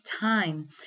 time